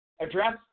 Address